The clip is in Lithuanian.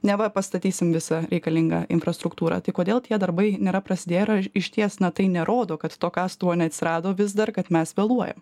neva pastatysim visą reikalingą infrastruktūrą tai kodėl tie darbai nėra prasidėję ir išties na tai nerodo kad to kastuvo neatsirado vis dar kad mes vėluojam